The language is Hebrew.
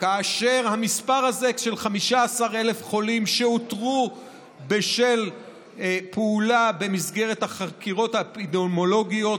והמספר הזה של 15,000 חולים שאותרו בשל פעולה במסגרת החקירות האפידמיולוגיות